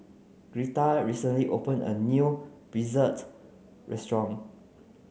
greta recently opened a new Pretzel restaurant